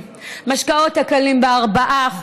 המשקאות הקלים, ב-4%,